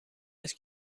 است